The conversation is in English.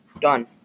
Done